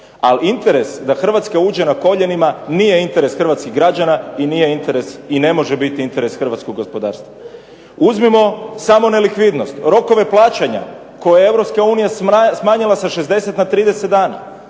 Ali interes da Hrvatska uđe na koljenima nije interes hrvatskih građana i ne može biti interes hrvatskog gospodarstva. Uzmimo samo nelikvidnost, rokove plaćanja koje je EU smanjila sa 60 na 30 dana.